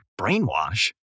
Brainwash